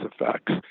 effects